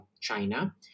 China